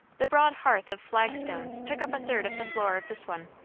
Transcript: the broad hearth of flagstones took up a third of the floor of this one.